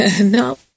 No